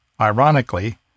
Ironically